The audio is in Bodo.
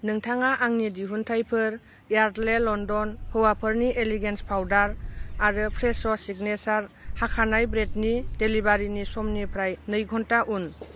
नोंथाङा आंनि दिहुनथाइफोर यार्डले लन्दन हौवाफोरनि एलिगेन्स फाउदार आरो फ्रेस' सिगनेसार हाखानाय ब्रेदनि डिलिभारिनि समनिफ्राय नै घन्टा उन